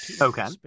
Okay